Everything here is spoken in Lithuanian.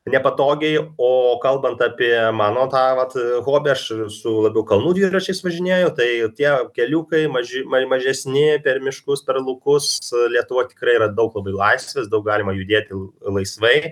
nepatogiai o kalbant apie mano tą vat hobį aš su labiau kalnų dviračiais važinėju tai tie keliukai maži mažesni per miškus per laukus lietuva tikrai yra daug labai laisvės daug galima judėti laisvai